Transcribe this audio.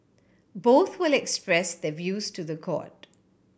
both will express their views to the court